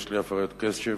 יש לי הפרעת קשב,